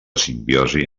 simbiosi